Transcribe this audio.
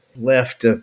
left